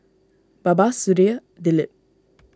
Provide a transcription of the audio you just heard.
Baba Sudhir Dilip